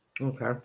Okay